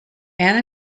anne